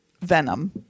Venom